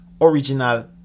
original